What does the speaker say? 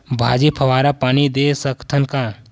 भाजी फवारा पानी दे सकथन का?